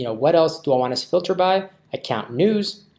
you know what else do i want to filter by account news?